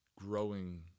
growing